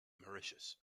mauritius